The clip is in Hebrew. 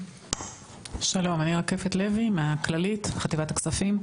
שלום, אני מכללית, חטיבת הכספים.